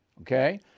okay